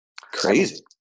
Crazy